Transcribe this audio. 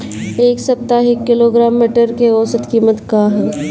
एक सप्ताह एक किलोग्राम मटर के औसत कीमत का ह?